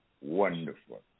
wonderful